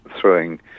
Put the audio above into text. throwing